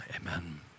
amen